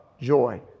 joy